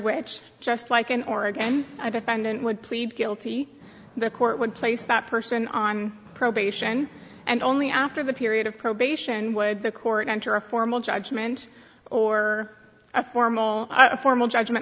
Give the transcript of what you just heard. which just like in oregon a defendant would plead guilty the court would place that person on probation and only after the period of probation would the court enter a formal judgment or a formal formal judgment